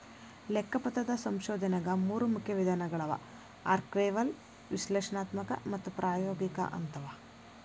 ಲೆಕ್ಕಪತ್ರದ ಸಂಶೋಧನೆಗ ಮೂರು ಮುಖ್ಯ ವಿಧಾನಗಳವ ಆರ್ಕೈವಲ್ ವಿಶ್ಲೇಷಣಾತ್ಮಕ ಮತ್ತು ಪ್ರಾಯೋಗಿಕ ಅಂತವ